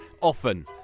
Often